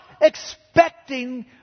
Expecting